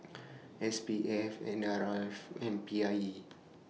S P F N R F and P I E